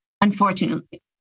unfortunately